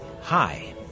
Hi